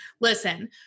Listen